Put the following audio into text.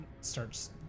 starts